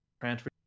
transfer